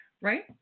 right